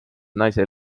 naise